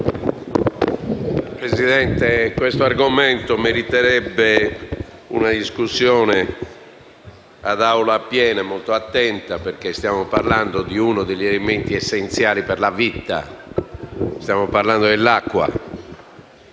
Presidente, questo argomento meriterebbe una discussione in un’Aula piena e molto attenta, perché stiamo parlando di uno degli elementi essenziali per la vita: l’acqua